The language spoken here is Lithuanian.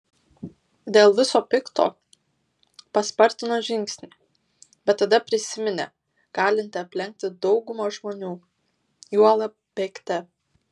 dėl viso pikto paspartino žingsnį bet tada prisiminė galinti aplenkti daugumą žmonių juolab bėgte